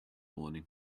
morning